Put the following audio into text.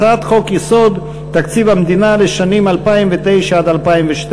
הצעת חוק-יסוד: תקציב המדינה לשנים 2009 עד 2012